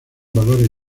valores